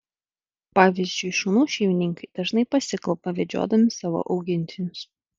pavyzdžiui šunų šeimininkai dažnai pasikalba vedžiodami savo augintinius